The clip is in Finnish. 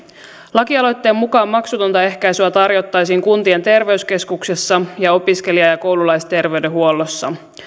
lakialoitteen mukaan maksutonta ehkäisyä tarjottaisiin kuntien terveyskeskuksissa ja opiskelija ja ja koululaisterveydenhuollossa